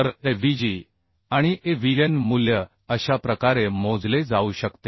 तर Avg आणि Avn मूल्य अशा प्रकारे मोजले जाऊ शकते